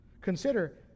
Consider